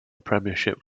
premiership